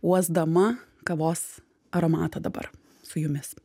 uosdama kavos aromatą dabar su jumis